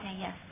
yes